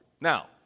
Now